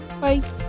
Bye